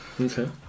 Okay